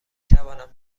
توانم